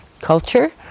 culture